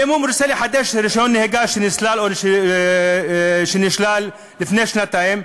ואם הוא רוצה לחדש רישיון נהיגה שנשלל לפני שנתיים,